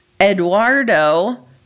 Eduardo